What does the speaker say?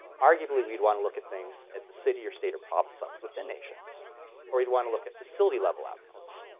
arguably we'd want to look at things at the city or state or province levels within nations or you'd want to look at facility level outcomes